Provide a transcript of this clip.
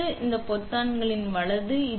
இது இந்த பொத்தான்கள் வலது